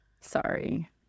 Sorry